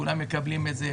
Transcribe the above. כולם מקבלים את זה,